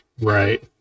Right